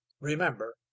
Remember